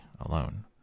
alone